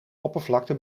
oppervlakte